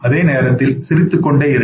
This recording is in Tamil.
அதே நேரத்தில் சிந்தித்துக்கொண்டே இருங்கள்